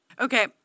Okay